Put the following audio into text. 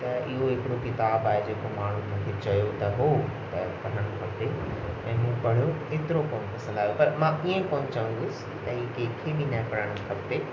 त इहो हिकिड़ो किताब आहे जेको माण्हुनि मुखे चयो त हो पर पढ़ण खपे ऐं मूं पढ़ियो एतिरो कोन पसंदि आहियो पर मां ईअं कोन चवंदुसि त की इहो कंहिंखे बि न पढ़णु खपे